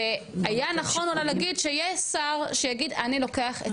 והיה נכון אולי להגיד שיש שר שיגיד אני לוקח את